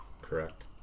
Correct